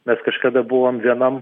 mes kažkada buvom vienam